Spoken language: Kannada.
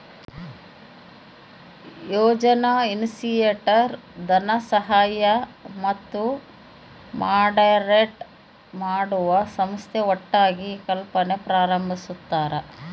ಯೋಜನಾ ಇನಿಶಿಯೇಟರ್ ಧನಸಹಾಯ ಮತ್ತು ಮಾಡರೇಟ್ ಮಾಡುವ ಸಂಸ್ಥೆ ಒಟ್ಟಾಗಿ ಈ ಕಲ್ಪನೆ ಪ್ರಾರಂಬಿಸ್ಯರ